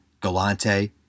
Galante